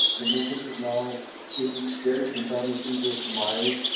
the movement is now in various incarnations of mild,